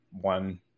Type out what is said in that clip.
one